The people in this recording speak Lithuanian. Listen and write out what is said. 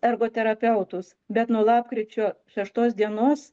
ergoterapeutus bet nuo lapkričio šeštos dienos